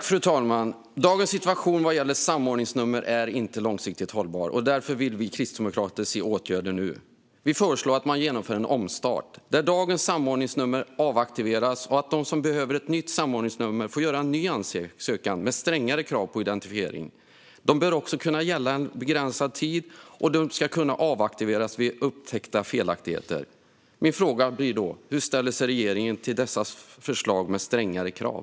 Fru talman! Dagens situation vad gäller samordningsnummer är inte långsiktigt hållbar, och därför vill vi kristdemokrater se åtgärder nu. Vi föreslår att man genomför en omstart, där dagens samordningsnummer avaktiveras och att de som behöver ett nytt samordningsnummer får göra en ny ansökan med strängare krav på identifiering. De bör också kunna gälla en begränsad tid, och de ska kunna avaktiveras vid upptäckta felaktigheter. Min fråga blir: Hur ställer sig regeringen till dessa förslag på strängare krav?